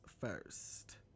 first